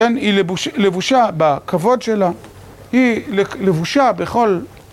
כן, היא לבושה בכבוד שלה היא לבושה בכל